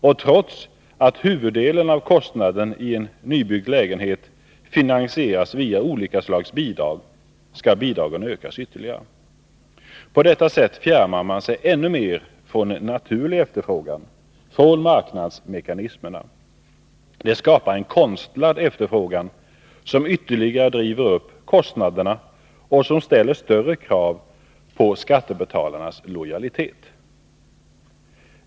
Och trots att huvuddelen av kostnaden i en nybyggd lägenhet finansieras via olika slags bidrag skall bidragen ökas ytterligare. På detta sätt fjärmar man sig ännu mera från en naturlig efterfrågan, från marknadsmekanismerna. Det skapas en konstlad efterfrågan, som ytterligare driver upp kostnaderna och som ställer större krav på skattebetalarnas lojalitet.